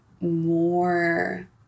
more